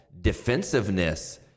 defensiveness